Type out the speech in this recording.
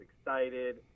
excited